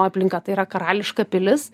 aplinka tai yra karališka pilis